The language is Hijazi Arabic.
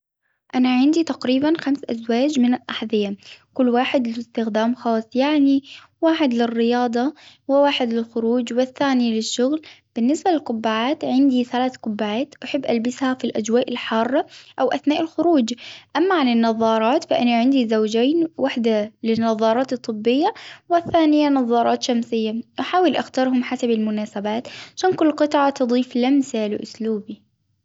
أنا عندي تقريبا خمس أزواج من الأحزية، كل واحد للإستخدام خاص يعني واحد للرياضة، وواحد للخروج ،والثاني للشغل، بالنسبة للقبعات عندي ثلاث قبعات أحب البسها في الأجواء الحارة أو أثناء الخروج، أما عن النظارات فانا عندي زوجين وحدة للنظارات الطبية والثانية نظارات شمسية، أحاول أختارهم حسب المناسبات، هم كل قطعة تضيف لمسة لإسلوبي.